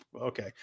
Okay